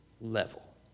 level